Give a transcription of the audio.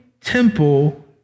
temple